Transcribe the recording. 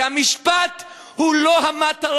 כי המשפט הוא לא המטרה,